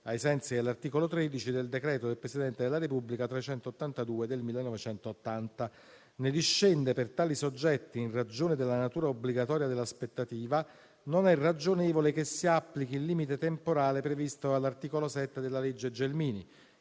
ai sensi dell'articolo 13 del decreto del Presidente della Repubblica n. 382 del 1980. Ne discende che per tali soggetti, in ragione della natura obbligatoria dell'aspettativa, non è ragionevole che si applichi il limite temporale previsto dall'articolo 7 della legge Gelmini,